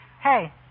Hey